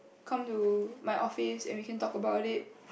come to my office and we can talk about it